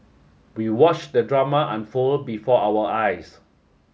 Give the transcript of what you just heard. we watched the drama unfold before our eyes